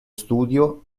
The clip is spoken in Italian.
studio